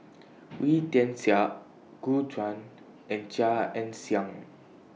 Wee Tian Siak Gu Juan and Chia Ann Siang